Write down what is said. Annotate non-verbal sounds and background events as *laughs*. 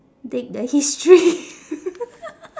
dig the history *laughs*